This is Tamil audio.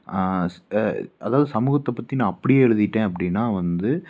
ஸ் ஏ அதாவது சமூகத்தை பற்றி நான் அப்படியே எழுதிட்டேன் அப்படின்னா வந்து